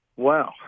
Wow